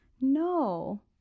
No